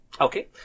Okay